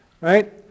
right